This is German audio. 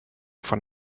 von